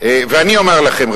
ואני אומר לכם,